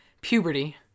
Puberty